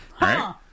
right